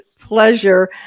pleasure